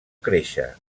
créixer